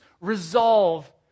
resolve